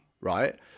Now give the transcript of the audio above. right